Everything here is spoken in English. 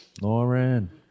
Lauren